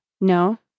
No